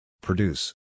Produce